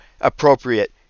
appropriate